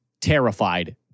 terrified